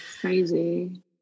Crazy